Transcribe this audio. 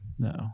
No